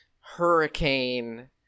hurricane